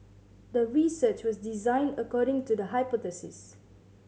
the research was designed according to the hypothesis